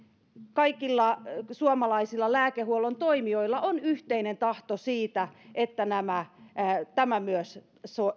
kaikilla suomalaisilla lääkehuollon toimijoilla on yhteinen tahto siitä että tämä myös